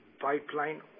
pipeline